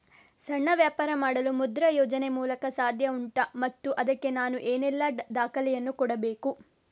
ಸಣ್ಣ ವ್ಯಾಪಾರ ಮಾಡಲು ಮುದ್ರಾ ಯೋಜನೆ ಮೂಲಕ ಸಾಧ್ಯ ಉಂಟಾ ಮತ್ತು ಅದಕ್ಕೆ ನಾನು ಏನೆಲ್ಲ ದಾಖಲೆ ಯನ್ನು ಕೊಡಬೇಕು?